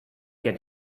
get